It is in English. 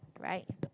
right